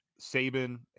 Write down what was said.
Saban